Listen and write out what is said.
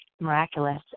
miraculous